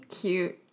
Cute